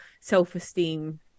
self-esteem